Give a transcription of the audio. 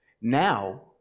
Now